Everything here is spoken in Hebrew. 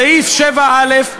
סעיף 7א,